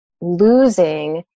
losing